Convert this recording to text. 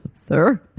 Sir